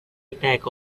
attack